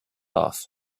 off